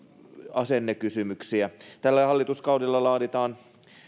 asennekysymyksiä tällä hallituskaudella laaditaan